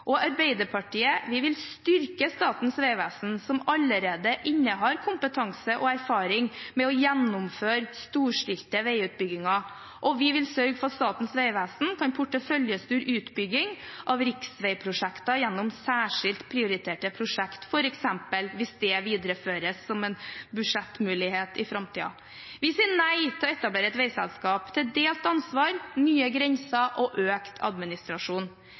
i Arbeiderpartiet vil styrke Statens vegvesen, som allerede innehar kompetanse og erfaring med å gjennomføre storstilte veiutbygginger, og vi vil sørge for at Statens vegvesen kan porteføljestyre utbygging av riksveiprosjekter gjennom særskilt prioriterte prosjekter, f.eks., hvis det videreføres som en budsjettmulighet i framtiden. Vi sier nei til å etablere et veiselskap, til delt ansvar, nye grenser og økt administrasjon.